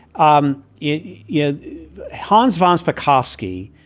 um yeah hans von spakovsky,